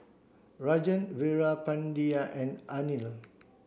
Rajan Veerapandiya and Anil